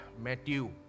Matthew